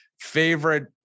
favorite